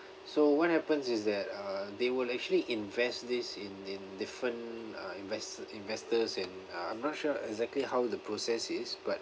so what happens is that uh they will actually invest this in in different uh investor investors and uh I'm not sure exactly how the process is but